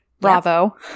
bravo